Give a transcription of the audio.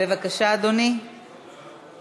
זה היה הנאום הכי טוב שלך עד היום.